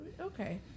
Okay